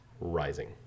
rising